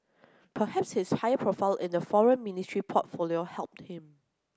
perhaps his higher profile in the Foreign Ministry portfolio helped him